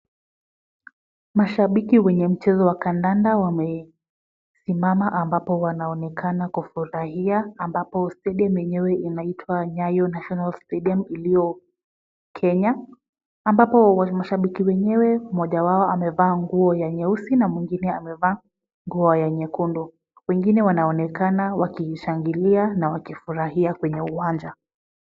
Mashabiki wenye mchezo wa kandanda wamesimama ambapo wanaonekana kufurahia, ambapo stadium yenyewe inaitwa Nyayo National Stadium iliyo Kenya, ambapo mashabiki wenyewe mmoja wao amevaa nguo ya nyeusi na mwingine amevaa nguo ya nyekundu. Wengine wanaonekana wakishangilia na wakifurahia kwenye uwanja.